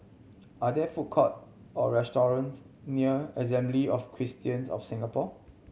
are there food court or restaurants near Assembly of Christians of Singapore